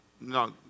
No